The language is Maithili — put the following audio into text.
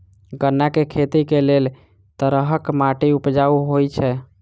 गन्ना केँ खेती केँ लेल केँ तरहक माटि उपजाउ होइ छै?